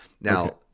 Now